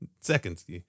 seconds